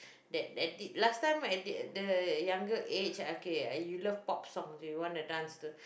the addict last time the the younger age okay we love Pop song we want to dance to